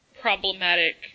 problematic